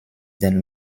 den